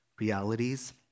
realities